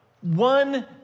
one